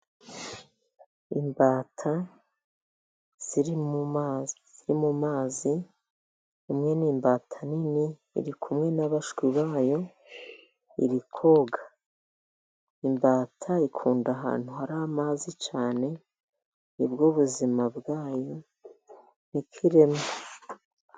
Imbata ziri mu mu mazi imwe n'imbata nini iri kumwe n'abashwi bayo, irikoga imbata ikunda ahantu hari amazi cyane nibwo ubuzima bwayo ikiremwa.